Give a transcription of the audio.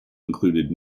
included